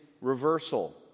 reversal